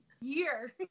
year